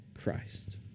Christ